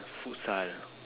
futsal